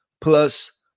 Plus